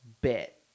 bit